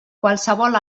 qualsevol